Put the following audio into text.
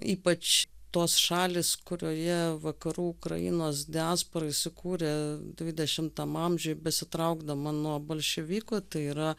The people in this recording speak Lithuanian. ypač tos šalys kurioje vakarų ukrainos diaspora įsikūrė dvidešimtam amžiuj besitraukdama nuo bolševikų tai yra